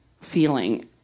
feeling